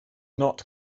not